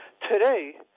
Today